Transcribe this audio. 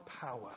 power